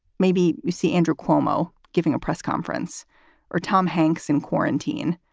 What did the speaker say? maybe you see andrew cuomo giving a press conference or tom hanks in quarantine.